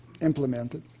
implemented